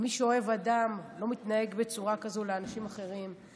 מי שאוהב אדם לא מתנהג בצורה כזאת לאנשים אחרים,